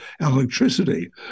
electricity